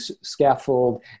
scaffold